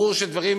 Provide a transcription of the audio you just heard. ברור שלדברים